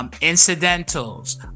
Incidentals